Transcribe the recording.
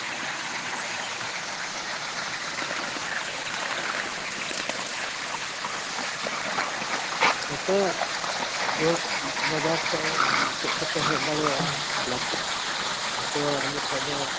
ᱱᱚᱛᱮ ᱵᱟᱡᱟᱨ ᱠᱷᱚᱱ ᱪᱮᱫ ᱛᱮᱯᱮ ᱦᱮᱡ ᱫᱟᱲᱮᱣᱟᱜᱼᱟ ᱱᱟᱛᱮ ᱢᱩᱲ ᱠᱷᱚᱱ ᱫᱚ